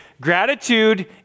Gratitude